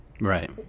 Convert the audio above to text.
Right